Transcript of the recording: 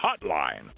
hotline